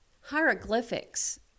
hieroglyphics